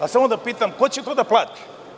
Ali, samo da pitam – ko će to da plati?